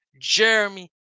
Jeremy